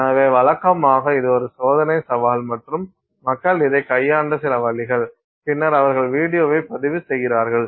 எனவே வழக்கமாக இது ஒரு சோதனை சவால் மற்றும் மக்கள் இதைக் கையாண்ட சில வழிகள் பின்னர் அவர்கள் வீடியோவைப் பதிவு செய்கிறார்கள்